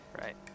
Right